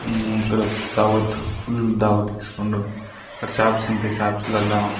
ఇక్కడ దావత్ ఫుల్ దావత్ ఇస్తుండ్రు ఇక్కడ షాప్స్ ఉంటాయి షాప్స్లల్లా